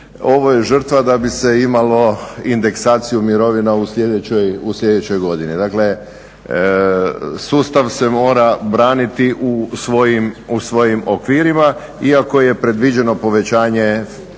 ovo je žrtva da bi se imalo indeksaciju mirovina u sljedećoj godini. Dakle, sustav se mora braniti u svojim okvirima iako je predviđeno povećanje